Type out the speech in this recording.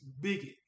bigot